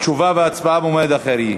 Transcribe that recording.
תשובה והצבעה יהיו במועד אחר.